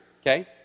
okay